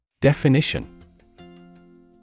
Definition